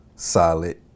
solid